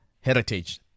heritage